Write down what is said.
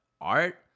art